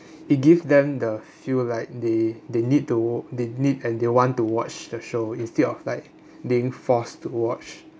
it gives them the feel like they they need to they need and they want to watch the show instead of like being forced to watch